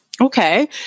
Okay